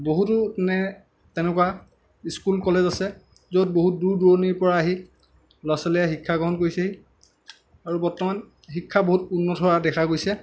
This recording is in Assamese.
বহুতো মানে তেনেকুৱা স্কুল কলেজ আছে য'ত বহুত দূৰ দুৰণিৰ পৰা আহি ল'ৰা ছোৱালীয়ে শিক্ষা গ্ৰহণ কৰিছেহি আৰু বৰ্তমান শিক্ষা বহুত উন্নত হোৱা দেখা গৈছে